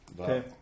Okay